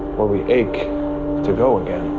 where we ache to go again.